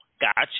Gotcha